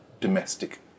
domestic